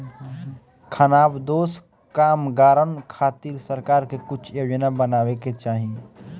खानाबदोश कामगारन खातिर सरकार के कुछ योजना बनावे के चाही